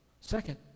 Second